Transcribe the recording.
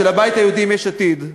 של הבית היהודי עם יש עתיד,